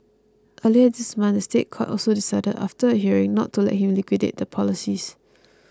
earlier this month the State Court also decided after a hearing not to let him liquidate the policies